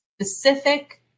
specific